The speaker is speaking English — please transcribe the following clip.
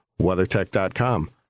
WeatherTech.com